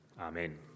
Amen